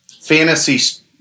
fantasy